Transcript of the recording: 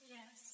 Yes